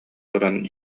туран